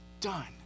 done